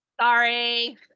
Sorry